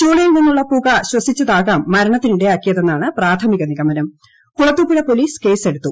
ചൂളയിൽ നിന്നുള്ള പുക്ക ശ്വസിച്ചതാകാം മരണത്തിനിടയാക്കിയതെന്നാണ് കുളത്തൂപ്പുഴ പോലീസ് കേന്റെടുത്തു